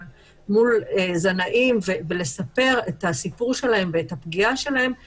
אבל מול זנאים ולספר את הסיפור שלהן ואת הפגיעה שלהן זה